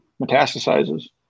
metastasizes